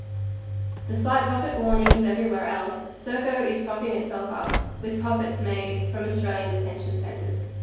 despite profit warnings everywhere else, serco is propping itself up with profits made from australian detention centres.